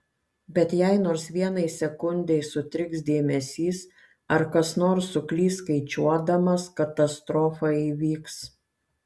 bet jei nors vienai sekundei sutriks dėmesys ar kas nors suklys skaičiuodamas katastrofa įvyks